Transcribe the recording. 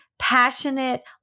passionate